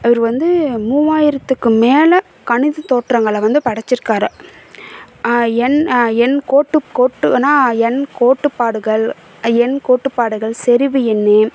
இவர் வந்து மூவாயிரத்துக்கு மேலே கணிதத் தோற்றங்களை வந்து படைச்சிருக்காரு எண் எண் கோட்டு கோட்டு என்ன எண் கோட்டுப்பாடுகள் எண் கோட்டுப்பாடுகள் செறிவு எண்ணு